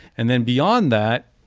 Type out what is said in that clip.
and then beyond that,